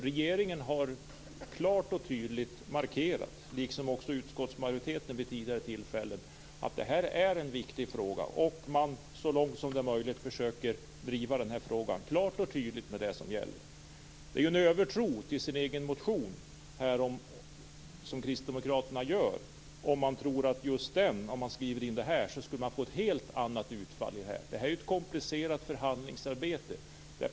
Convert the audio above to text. Regeringen har klart och tydligt markerat, liksom utskottsmajoriteten vid tidigare tillfällen, att det här är en viktig fråga och att man så långt som möjligt försöker driva frågan klart och tydligt. Kristdemokraterna visar en övertro till sin egen motion om de tror att förslaget i motionen kan ge ett helt annat utfall. Det är fråga om ett komplicerat förhandlingsarbete.